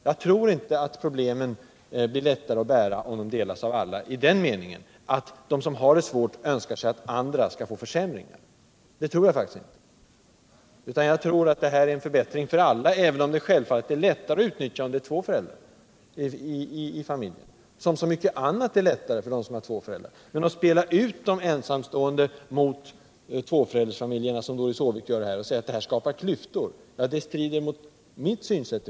Jag tror att detta uppfattas som en förbättring för alla, även om reformen är lättare att utnyttja för en familj med två föräldrar — precis som så mycket annat är lättare om det är två föräldrar i en familj. Att spela ut de ensamstående mot tvåföräldrafamiljerna, såsom Doris Håvik gör här genom att säga att detta förslag skapar klyftor, strider i varje fall mot mitt synsätt.